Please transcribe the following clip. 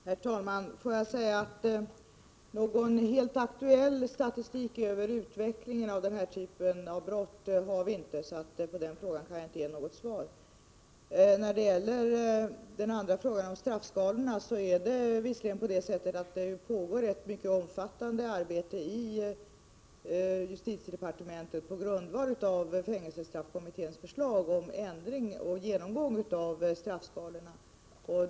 Herr talman! Låt mig först säga att någon helt aktuell statistik över utvecklingen av den här typen av brott har vi inte, så på den frågan kan jag inte ge något svar. När det gäller den andra frågan, om straffskalorna, kan jag säga att det pågår ett mycket omfattande arbete inom justitiedepartementet på grundval av fängelsestraffkommitténs förslag om ändring och genomgång av straffska lorna.